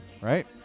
right